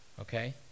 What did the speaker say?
Okay